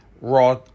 Raw